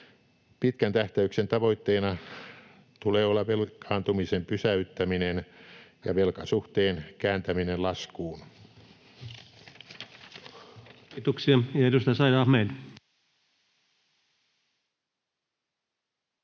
Pitkän tähtäyksen tavoitteena tulee olla velkaantumisen pysäyttäminen ja velkasuhteen kääntäminen laskuun. [Speech